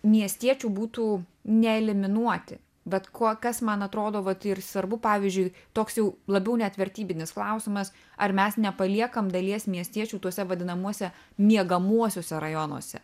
miestiečių būtų ne eliminuoti bet kuo kas man atrodo vat ir serbu pavyzdžiui toks jau labiau net vertybinis klausimas ar mes nepaliekam dalies miestiečių tuose vadinamuose miegamuosiuose rajonuose